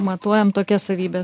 matuojam tokias savybes